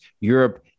Europe